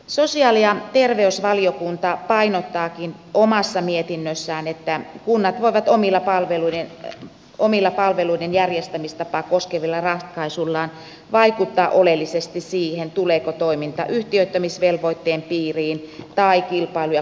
sosiaali ja terveysvaliokunta painottaakin omassa mietinnössään että kunnat voivat omilla palveluiden järjestämistapaa koskevilla ratkaisuillaan vaikuttaa oleellisesti siihen tuleeko toiminta yhtiöittämisvelvoitteen piiriin tai kilpailu ja kuluttajaviraston valvontaan